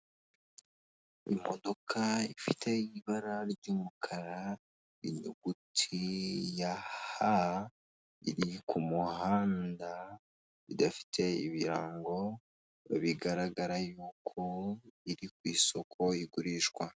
Ni mu isoko ry'ibiribwa harimo abantu bagaragara ko bari kugurisha, ndabona imboga zitandukanye, inyuma yaho ndahabona ibindi bintu biri gucuruzwa ,ndahabona ikimeze nk'umutaka ,ndahabona hirya ibiti ndetse hirya yaho hari n'inyubako.